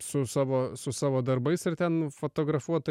su savo su savo darbais ir ten fotografuota